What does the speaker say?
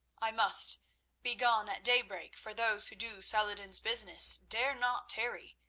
i must be gone at daybreak, for those who do saladin's business dare not tarry,